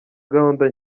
gahunda